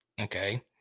okay